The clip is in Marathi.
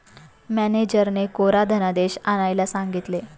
मॅनेजरने कोरा धनादेश आणायला सांगितले